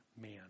man